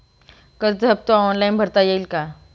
कर्ज हफ्ता ऑनलाईन भरता येईल का?